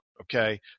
okay